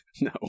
No